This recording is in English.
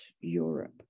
Europe